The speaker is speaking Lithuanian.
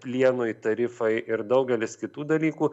plienui tarifai ir daugelis kitų dalykų